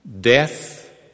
Death